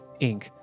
Inc